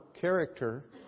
character